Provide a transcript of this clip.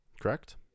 Correct